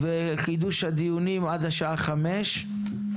וחידוש הדיונים עד השעה 17:00,